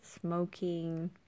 smoking